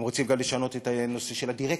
הם רוצים גם לשנות את הנושא של הדירקטורים.